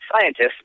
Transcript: scientists